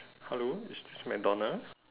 hello is this mcdonald